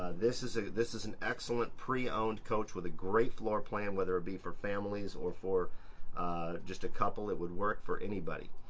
this is ah this is an excellent pre-owned coach with a great floor plan, whether it be for families or for just a couple, it would work for anybody.